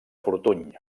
fortuny